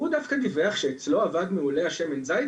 והוא דווקא דיווח שאצלו עבד מעולה השמן זית,